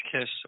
kiss